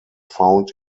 found